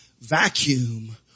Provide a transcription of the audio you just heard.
vacuum